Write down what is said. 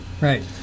Right